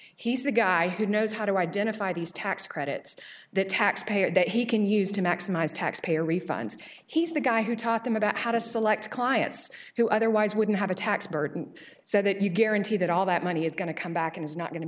he's the guy who knows how to identify these tax credits that taxpayer that he can use to maximize taxpayer refunds he's the guy who taught them about how to select clients who otherwise wouldn't have a tax burden so that you guarantee that all that money is going to come back and is not going to